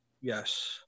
Yes